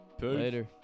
Later